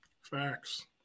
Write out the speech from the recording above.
Facts